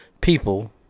people